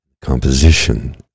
Composition